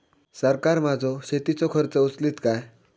सरकार माझो शेतीचो खर्च उचलीत काय?